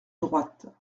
droite